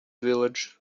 village